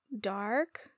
dark